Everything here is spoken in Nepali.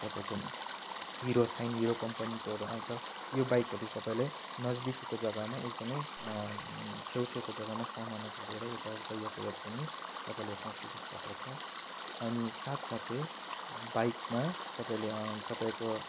तपाईँको हिरो साइन हिरो कम्पनीहरूको आउँछ यो बाइकहरू तपाईँलाई नजिकैको जग्गामा एकदमै छेउछेउको जग्गामा सामानहरू लिएर यताउता यातायात गर्न तपाईँलाई यसमा सुविस्ता पर्छ अनि साथसाथै बाइकमा तपाईँले तपाईँको